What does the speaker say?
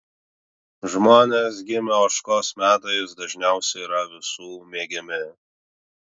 žmonės gimę ožkos metais dažniausiai yra visų mėgiami